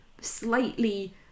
slightly